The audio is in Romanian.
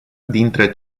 dintre